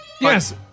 Yes